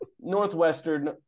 Northwestern